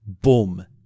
boom